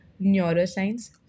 neuroscience